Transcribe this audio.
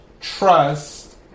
trust